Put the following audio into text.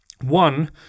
One